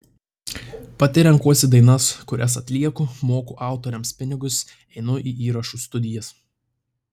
pati renkuosi dainas kurias atlieku moku autoriams pinigus einu į įrašų studijas